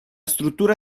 struttura